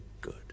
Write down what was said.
good